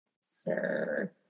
Sir